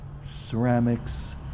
ceramics